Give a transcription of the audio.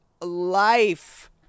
life